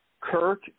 Kirk